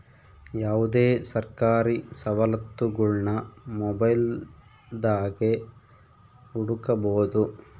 ಯಾವುದೇ ಸರ್ಕಾರಿ ಸವಲತ್ತುಗುಳ್ನ ಮೊಬೈಲ್ದಾಗೆ ಹುಡುಕಬೊದು